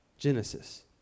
Genesis